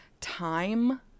time